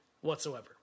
whatsoever